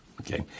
Okay